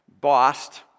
bossed